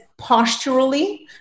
posturally